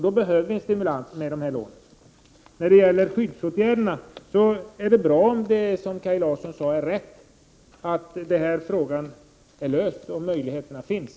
Då behöver vi en stimulans genom dessa lån! Beträffande skyddsåtgärderna är det bra om det som Kaj Larsson sade är rätt, att frågan är löst och möjligheterna finns.